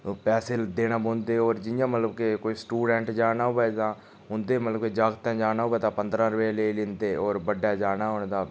पैसे देना पौंदे होर जियां मतलब के कोई स्टूडेन्ट जाना होऐ तां उं'दे मतलब कि जागतै जाना होए ता पंदरां लेई लैंदे होर बड्डे जाना होऐ तां